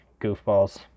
goofballs